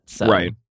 Right